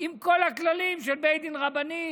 עם כל הכללים של בית דין רבני,